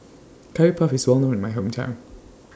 Curry Puff IS Well known in My Hometown